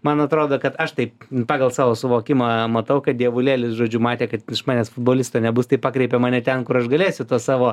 man atrodo kad aš taip pagal savo suvokimą matau kad dievulėlis žodžiu matė kad iš manęs futbolisto nebus taip pakreipė mane ten kur aš galėsiu tas savo